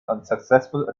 unsuccessful